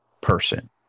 person